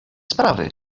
sprawy